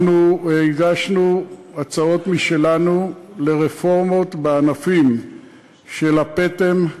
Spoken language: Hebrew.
אנחנו הגשנו הצעות משלנו לרפורמות בענפים של הפטם,